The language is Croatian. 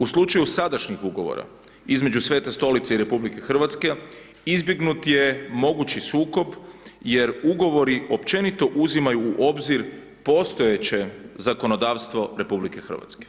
U slučaju sadašnjih ugovora između Svete Stolice izbjegnut je mogući sukob jer ugovori općenito uzimaju u obzir postojeće zakonodavstvo RH.